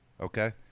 Okay